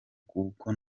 kuko